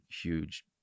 huge